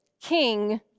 King